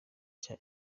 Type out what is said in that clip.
cya